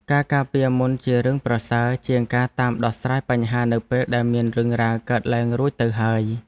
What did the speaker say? ការការពារមុនជារឿងប្រសើរជាងការតាមដោះស្រាយបញ្ហានៅពេលដែលមានរឿងរ៉ាវកើតឡើងរួចទៅហើយ។